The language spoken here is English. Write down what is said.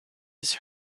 his